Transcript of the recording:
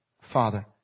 Father